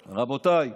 רבותיי,